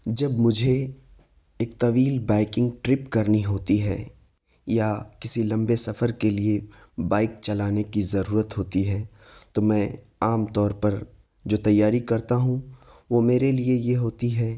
جب مجھے ایک طویل بائکنگ ٹرپ کرنی ہوتی ہے یا کسی لمبے سفر کے لیے بائک چلانے کی ضرورت ہوتی ہے تو میں عام طور پر جو تیاری کرتا ہوں وہ میرے لیے یہ ہوتی ہیں